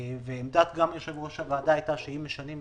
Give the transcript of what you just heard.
עמדת יושב-ראש הוועדה הייתה שאם משנים אז